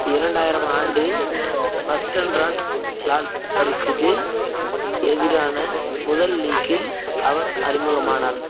இரண்டாயிரம் ஆண்டு வஸ்டன்ராட் லாட்ஸ்பர்க்குக்கு எதிரான முதல் லீகில் அவர் அறிமுகமானார்